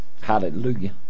Hallelujah